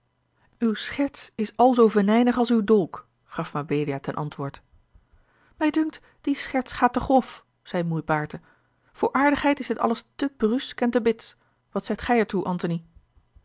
uwe scherts is al zoo venijnig als uw dolk gaf mabelia ten antwoord mij dunkt die scherts gaat te grof zeî moei baerte voor aardigheid is dit alles te brusk en te bits wat zegt gij er toe antony